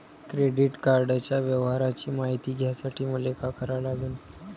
Credit कार्डाच्या व्यवहाराची मायती घ्यासाठी मले का करा लागन?